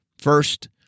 First